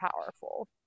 powerful